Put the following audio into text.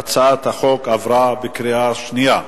3. הצעת החוק עברה בקריאה שנייה.